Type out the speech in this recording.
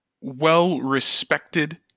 well-respected